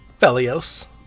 Felios